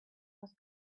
was